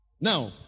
Now